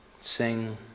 sing